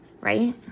right